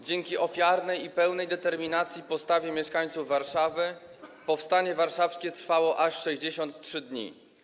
Dzięki ofiarnej i pełnej determinacji postawie mieszkańców Warszawy Powstanie Warszawskie trwało aż 63 dni.